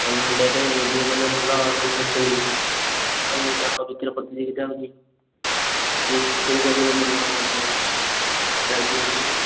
annual day ରେ ଯିଏ ମାନେ ଭଲ କରୁଛନ୍ତି ତାଙ୍କ ପାଇଁ ତାଙ୍କ ଦ୍ୱିତୀୟ ପ୍ରତିଯୋଗିତା ହେଉଛି ଯିଏ ପ୍ରାଇଜ୍ ହେଉଛି